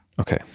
Okay